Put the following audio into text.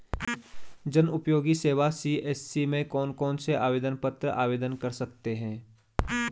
जनउपयोगी सेवा सी.एस.सी में कौन कौनसे आवेदन पत्र आवेदन कर सकते हैं?